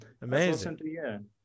Amazing